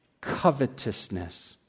covetousness